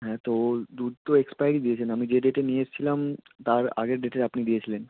হ্যাঁ তো দুধ তো এক্সপায়ারি দিয়েছেন আমি যে ডেটে নিয়ে এসেছিলাম তার আগের ডেটের আপনি দিয়েছিলেন